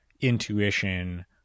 intuition